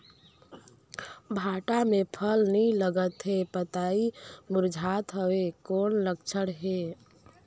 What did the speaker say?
भांटा मे फल नी लागत हे पतई मुरझात हवय कौन लक्षण हे?